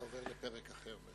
אתה עובר לפרק אחר.